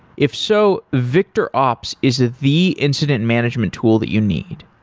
if so, victorops is the incident management tool that you need.